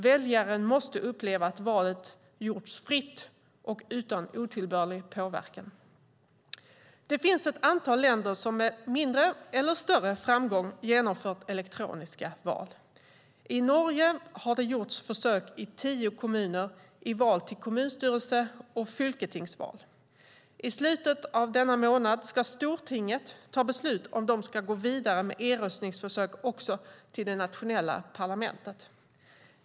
Väljaren måste uppleva att valet gjorts fritt och utan otillbörlig påverkan. Det finns ett antal länder som med mindre eller större framgång genomfört elektroniska val. I Norge har det gjorts försök i tio kommuner i val till kommunstyrelse och i fylketingsval. I slutet av denna månad ska stortinget ta beslut om de ska gå vidare med e-röstningsförsök också till det nationella parlamentet.